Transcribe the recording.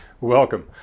Welcome